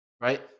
Right